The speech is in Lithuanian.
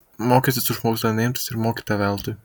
mokestis už mokslą neimtas ir mokyta veltui